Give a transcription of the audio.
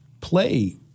play